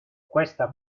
questa